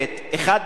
אחת מהן,